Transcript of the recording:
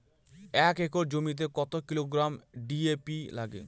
এক একর জমিতে কত কিলোগ্রাম ডি.এ.পি লাগে?